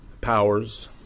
powers